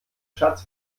schatz